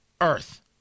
Earth